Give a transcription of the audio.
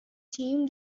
team